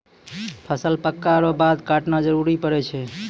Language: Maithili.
फसल पक्कै रो बाद काटना जरुरी पड़ै छै